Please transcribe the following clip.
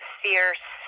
fierce